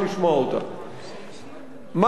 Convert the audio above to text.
מה צריך לעשות, עמיתי חברי הכנסת?